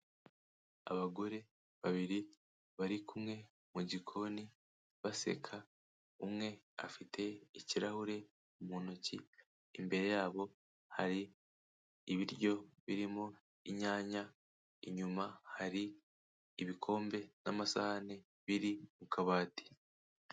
Abagore babiri bari kumwe mu gikoni baseka, umwe afite ikirahure mu ntoki, imbere yabo hari ibiryo birimo inyanya, inyuma hari ibikombe n'amasahani biri mu kabati.